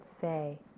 say